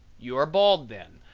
you are bald then,